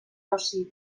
oci